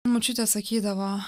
močiutė sakydavo